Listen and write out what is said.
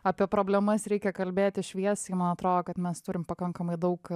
apie problemas reikia kalbėti šviesiai man atrodo kad mes turim pakankamai daug